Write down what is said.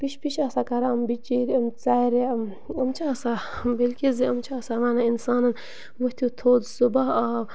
پِش پِش آسان کَران یِم بِچرۍ یِم ژَرِ یِم یِم چھِ آسان بلکہِ زِ یِم چھِ آسان وَنان اِنسانَن ؤتھِو تھوٚد صُبح آو